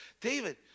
David